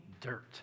dirt